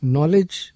Knowledge